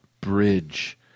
bridge